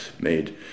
made